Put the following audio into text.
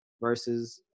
versus